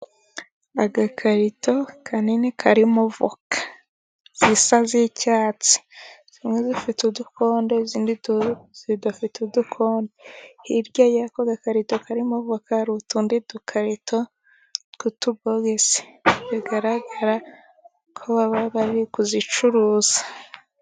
Agakarito kanini karimo avoka zisa z'icyatsi. Zimwe zifite udukondo, izindi zidafite udukondo. Hirya y'ako gakarito karimo avoka hari utundi dukarito tw'utubogisi. Bigaragara ko baba bari kuzicuruza.